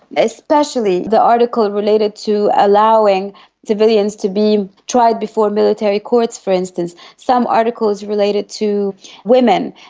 especially the article related to allowing civilians to be tried before military courts, for instance. some articles related to women,